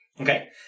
Okay